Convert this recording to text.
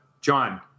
john